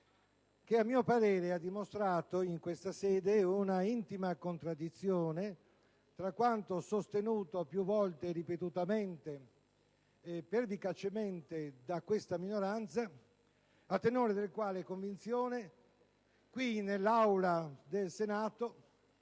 che - a mio parere - ha dimostrato in questa sede una intima contraddizione con quanto ha sostenuto più volte, ripetutamente e pervicacemente, la minoranza, la cui convinzione è che nell'Aula del Senato